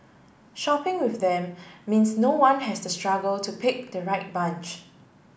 shopping with them means no one has to struggle to pick the right bunch